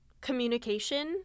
communication